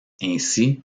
ainsi